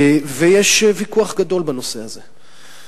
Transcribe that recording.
ויש ויכוח גדול בנושא הזה.